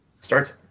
starts